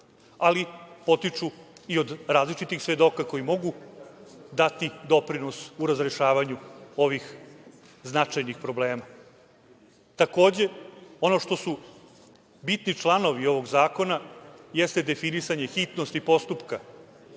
ali potiču i od različitih svedoka koji mogu dati doprinos u razrešavanju ovih značajnih problema. Takođe, ono što su bitni članovi ovog zakona, jeste definisanje hitnosti postupka.